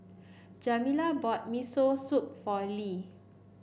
Jamila bought Miso Soup for Le